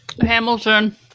Hamilton